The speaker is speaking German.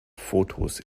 fotos